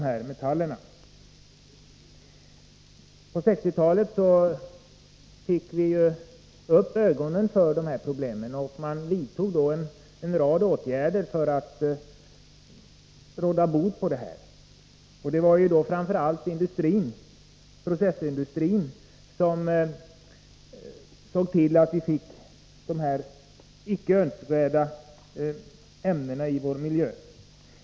På 1960-talet fick vi ju upp ögonen för dessa problem, och man vidtog då en rad åtgärder för att råda bot på dem. Det var framför allt processindustrin som låg bakom att vi fick in de här icke önskvärda ämnena i vår miljö.